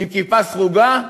עם כיפה סרוגה?